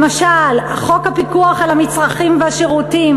למשל חוק הפיקוח על המצרכים והשירותים,